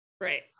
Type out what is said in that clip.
Right